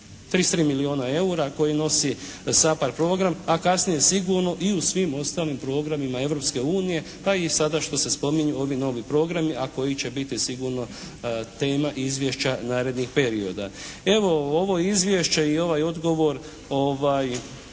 33 milijuna eura koji nosi SAPHARD program, a kasnije sigurno i u svim ostalim programima Europske unije pa i sada što se spominju ovi novi programi, a koji će biti sigurno tema izvješća narednih perioda. Evo ovo izvješće i ovaj odgovor